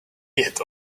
yet